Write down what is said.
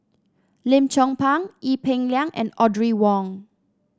Lim Chong Pang Ee Peng Liang and Audrey Wong